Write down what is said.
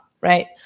Right